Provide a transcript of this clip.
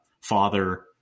father